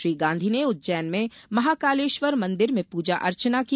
श्री गांधी ने उज्जैन में महाकालेश्वर मंदिर में पूजा अर्चना की